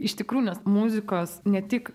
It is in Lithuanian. iš tikrųjų nes muzikos ne tik